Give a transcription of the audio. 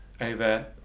over